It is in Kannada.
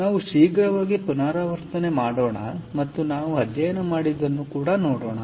ಆದ್ದರಿಂದ ನಾವು ಶೀಘ್ರವಾಗಿ ಪುನರಾವರ್ತನೆ ಮಾಡೋಣ ಮತ್ತು ನಾವು ಅಧ್ಯಯನ ಮಾಡಿದ್ದನ್ನು ನೋಡೋಣ